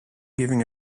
giving